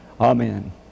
Amen